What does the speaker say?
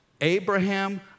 Abraham